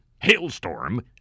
Hailstorm